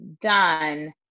done